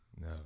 No